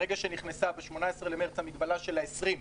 ברגע שנכנסה ב-18 במרץ המגבלה של ה-20,